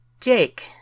Jake